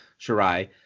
Shirai